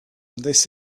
this